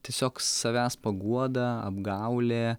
tiesiog savęs paguoda apgaulė